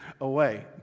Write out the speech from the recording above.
away